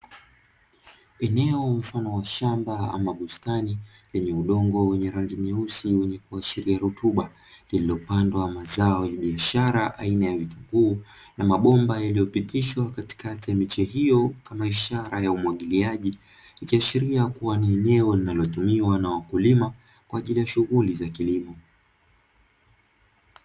Eneo mfano wa shamba ama bustani lenye udongo wenye rangi nyeusi wenye kuashiria rutuba, lililopandwa mazao ya biashara aina ya vitunguu, na mabomba yaliyopitishwa katikati ya miche hiyo kama ishara ya umwagiliaji, ikiashiria kuwa ni eneo linalotumiwa na wakulima kwa ajili ya shughuli za kilimo.